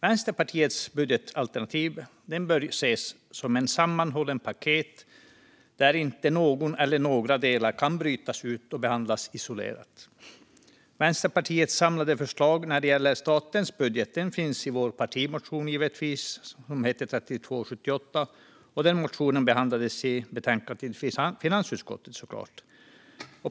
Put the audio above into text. Vänsterpartiets budgetalternativ bör ses som ett sammanhållet paket där inte någon eller några delar kan brytas ut och behandlas isolerat. Vänsterpartiets samlade förslag när det gäller statens budget finns i vår partimotion med nummer 3278. Det motionen behandlades i betänkandet från finansutskottet.